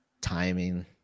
timing